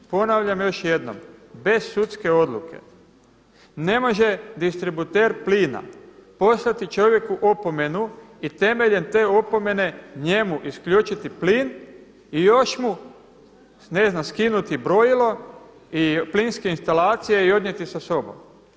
Ponavljam još jednom, bez sudske odluke ne može distributer plina poslati čovjeku opomenu i temeljem te opomene njemu isključiti plin i još mu ne znam skinuti brojilo i plinske instalacije i odnijeti sa sobom.